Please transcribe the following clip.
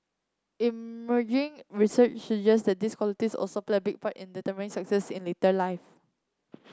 emerging research suggests that these qualities also play a big part in determining success in later life